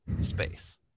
space